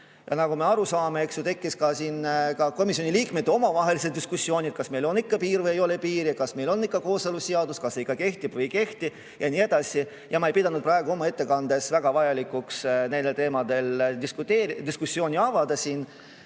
Ja nagu me aru saame, eks ju, tekkisid siin ka komisjoni liikmete omavahelised diskussioonid, kas meil on piir või ei ole piiri ja kas meil on kooseluseadus, kas see kehtib või ei kehti ja nii edasi. Ma ei pidanud praegu oma ettekandes väga vajalikuks nendel teemadel siin diskussiooni avada.